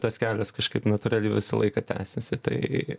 tas kelias kažkaip natūraliai visą laiką tęsiasi tai